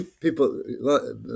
People